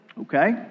Okay